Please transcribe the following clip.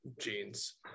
jeans